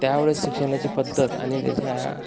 त्या वेळेस शिक्षणाची पद्धत आणि तेथ्या